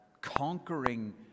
conquering